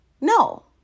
No